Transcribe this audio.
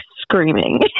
screaming